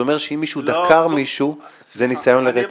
זה אומר שאם מישהו דקר מישהו זה ניסיון לרצח -- או מחבל מתאבד.